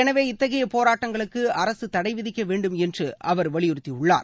எனவே இத்தகைய போராட்டங்களுக்கு அரசு தடை விதிக்க வேண்டும் என்று அவர் வலியுறுத்தியுள்ளார்